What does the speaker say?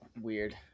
weird